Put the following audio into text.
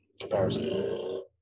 comparison